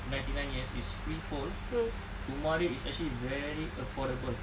ninety nine years is freehold rumah dia is actually very affordable